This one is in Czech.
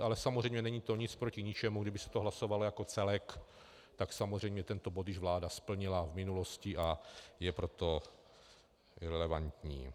Ale samozřejmě není to nic proti ničemu, kdyby se to hlasovalo jako celek, tak samozřejmě tento bod již vláda splnila v minulosti, a je proto irelevantní.